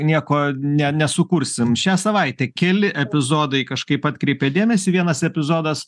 nieko ne nesukursim šią savaitę keli epizodai kažkaip atkreipė dėmesį vienas epizodas